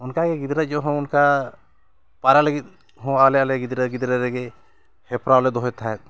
ᱚᱱᱠᱟᱜᱮ ᱜᱤᱫᱽᱨᱟᱹ ᱡᱚᱠᱷᱮᱡ ᱦᱚᱸ ᱚᱱᱠᱟ ᱯᱟᱭᱨᱟ ᱞᱟᱹᱜᱤᱫ ᱦᱚᱸ ᱟᱞᱮ ᱟᱞᱮ ᱜᱤᱫᱽᱨᱟᱹ ᱜᱤᱫᱽᱨᱟᱹ ᱨᱮᱜᱮ ᱦᱮᱯᱨᱟᱣ ᱞᱮ ᱫᱚᱦᱚᱭ ᱛᱟᱦᱮᱸᱫ